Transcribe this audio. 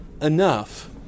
enough